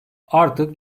artık